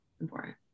important